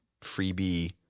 freebie